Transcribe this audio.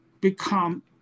become